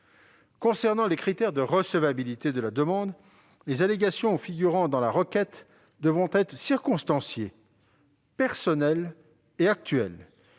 Concernant les critères de recevabilité de la demande, les allégations figurant dans la requête devront être circonstanciées, personnelles et actuelles.